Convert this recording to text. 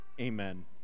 Amen